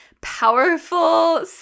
powerful